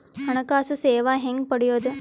ಹಣಕಾಸು ಸೇವಾ ಹೆಂಗ ಪಡಿಯೊದ?